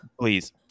please